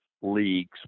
leagues